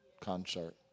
concert